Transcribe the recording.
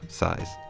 size